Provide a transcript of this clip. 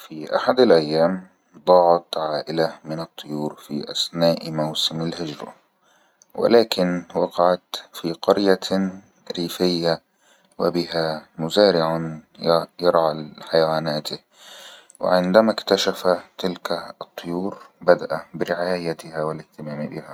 في أحد الأيام ضاعت عائلة من الطيور في أسناء موسم الهجرة ولكن وقعت في قرية ريفية وبها مزارع يرعل حيوناته وعندما اكتشف تلك الطيور بدأ برعايتها والاحتمام بها